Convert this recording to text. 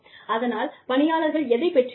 அதனால் பணியாளர்கள் எதைப் பெற்றிருக்கலாம்